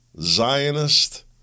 Zionist